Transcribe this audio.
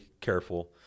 careful